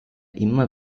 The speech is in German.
immer